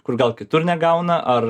kur gal kitur negauna ar